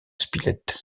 spilett